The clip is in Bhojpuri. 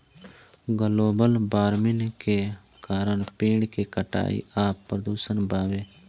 ग्लोबल वार्मिन के कारण पेड़ के कटाई आ प्रदूषण बावे